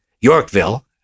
Yorkville